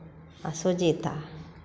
Sujita